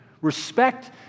respect